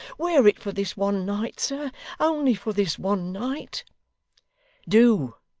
wear it for this one night, sir only for this one night do!